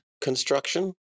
construction